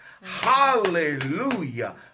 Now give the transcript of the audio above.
Hallelujah